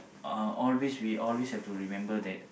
uh always we always have to remember that